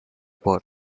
word